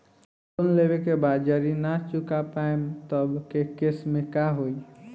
Loan लेवे के बाद जड़ी ना चुका पाएं तब के केसमे का होई?